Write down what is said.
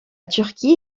turquie